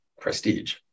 prestige